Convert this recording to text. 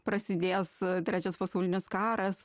prasidės trečias pasaulinis karas